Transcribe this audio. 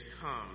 come